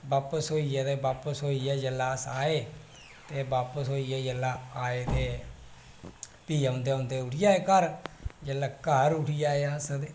बापिस होई गे ते जिसलै बापिस होई गे ते अस आए ते बापस होइयै जेल्लै आए ते फ्ही औंदे औंदे उठी आए घर जेल्लेै घर उठी आए अस ते